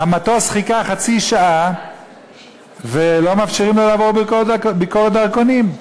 המטוס חיכה חצי שעה ולא מאפשרים לה לעבור ביקורת דרכונים.